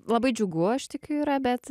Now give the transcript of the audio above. labai džiugu aš tikiu yra bet